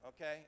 Okay